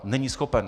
Není schopen.